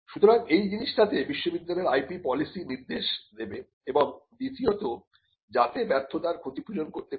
সুতরাং এই জিনিসটা তে বিশ্ববিদ্যালয়ের IP পলিসি নির্দেশ দেবে এবং দ্বিতীয়ত যাতে ব্যর্থতার ক্ষতিপূরণ করতে পারে